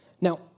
Now